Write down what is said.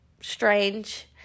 strange